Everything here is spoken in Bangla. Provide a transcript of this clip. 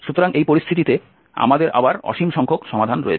সুতরাং এই পরিস্থিতিতে আমাদের আবার অসীম সংখ্যক সমাধান রয়েছে